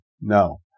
No